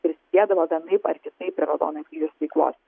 prisidėdavo vienaip ar kitaip prie raudonojo kryžiaus veiklos